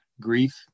grief